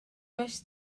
does